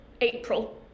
April